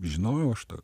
žinojau aš tą